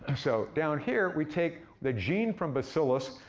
so down here, we take the gene from bacillus,